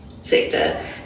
Sector